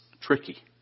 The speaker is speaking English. tricky